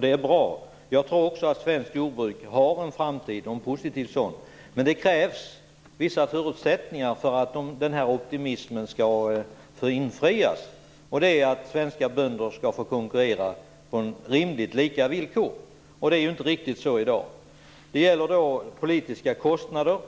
Det är bra. Jag tror också att svenskt jordbruk har en framtid, och en positiv sådan. Det krävs dock vissa förutsättningar för att den här optimismen skall infrias. Svenska bönder skall få konkurrera på rimligt lika villkor. Det är inte riktigt så i dag. Det gäller politiska kostnader.